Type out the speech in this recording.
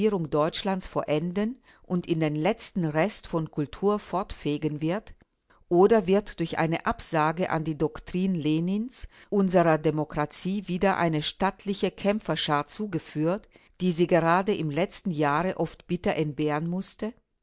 deutschlands vollenden und den letzten rest von kultur fortfegen wird oder wird durch eine absage an die doktrin lenins unserer demokratie wieder eine stattliche kämpferschar zugeführt die sie gerade im letzten jahre oft bitter entbehren mußte